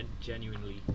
genuinely